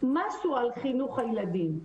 משהו על חינוך הילדים.